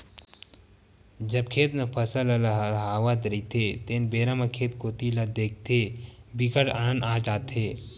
जब खेत म फसल ल लहलहावत रहिथे तेन बेरा म खेत कोती ल देखथे बिकट आनंद आ जाथे